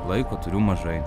laiko turiu mažai